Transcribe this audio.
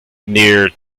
near